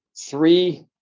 three